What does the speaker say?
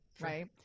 right